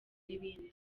n’ibindi